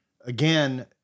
again